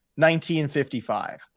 1955